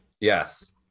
Yes